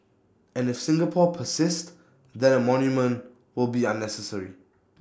and if Singapore persists then A monument will be unnecessary